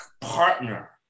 partner